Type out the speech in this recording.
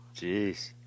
Jeez